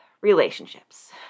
relationships